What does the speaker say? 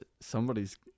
somebody's